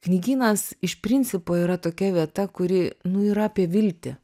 knygynas iš principo yra tokia vieta kuri nu yra apie viltį